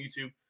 youtube